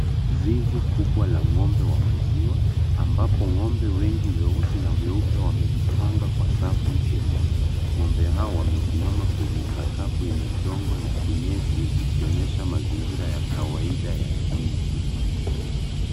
Zizi kubwa la ng'ombe wa maziwa. Ambapo ng'ombe wengi weusi na weupe wamejipanga kwa safu ndefu.Ng'ombe hawa wamesimama kwenye sakafu yenye udongo na kinyesi ikionyesha mazingira ya kawaida ya zizi.